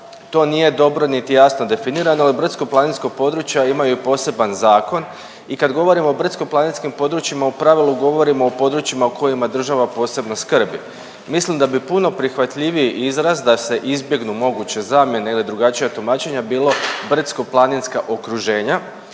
to nije dobro, niti jasno definirano, brdsko-planinska područja imaju poseban zakon i kad govorimo o brdsko-planinskim područjima u pravilu govorimo o područjima o kojima država posebno skrbi. Mislim da bi puno prihvatljiviji izraz da se izbjegnu moguće zamjene ili drugačija tumačenja bilo brdsko-planinska okruženja